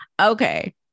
Okay